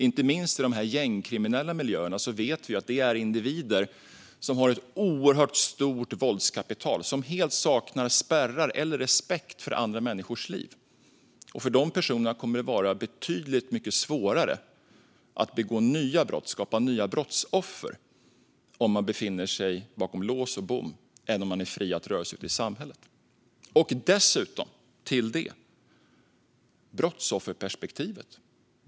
Inte minst i de gängkriminella miljöerna handlar det om individer som har ett oerhört stort våldskapital och som helt saknar spärrar eller respekt för andra människors liv. För dem kommer det att vara betydligt svårare att begå nya brott och skapa nya brottsoffer om de befinner sig bakom lås och bom i stället för att vara fria och kunna röra sig ute i samhället. Dessutom tillkommer brottsofferperspektivet.